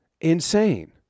insane